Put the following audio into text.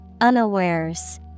Unawares